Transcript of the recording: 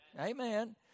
Amen